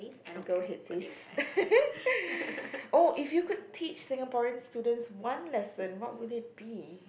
go hit this oh if you could teach Singaporean students one lesson what would it be